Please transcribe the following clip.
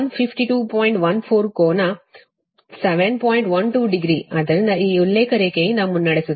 12 degree ಆದ್ದರಿಂದ ಈ ಉಲ್ಲೇಖ ರೇಖೆಯಿಂದ ಮುನ್ನಡೆಸುತ್ತದೆ